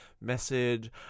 message